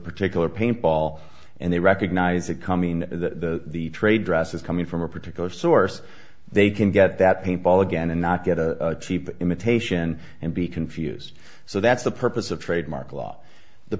particular paint ball and they recognize it coming to the trade dresses coming from a particular source they can get that paint ball again and not get a cheap imitation and be confused so that's the purpose of trademark law the